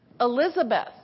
Elizabeth